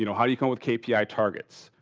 you know how do you come with kpi targets?